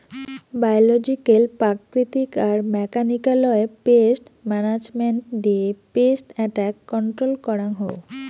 biological প্রাকৃতিক আর মেকানিক্যালয় পেস্ট মানাজমেন্ট দিয়ে পেস্ট এট্যাক কন্ট্রল করাঙ হউ